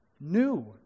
new